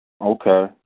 Okay